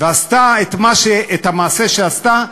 ועשתה את המעשה שעשתה,